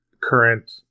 current